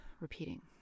repeating